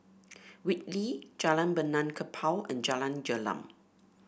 Whitley Jalan Benaan Kapal and Jalan Gelam